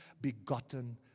begotten